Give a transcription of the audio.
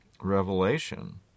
Revelation